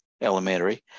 Elementary